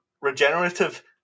regenerative